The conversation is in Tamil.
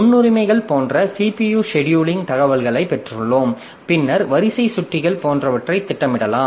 முன்னுரிமைகள் போன்ற CPU செடியூலிங் தகவல்களைப் பெற்றுள்ளோம் பின்னர் வரிசை சுட்டிகள் போன்றவற்றை திட்டமிடலாம்